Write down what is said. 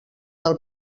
del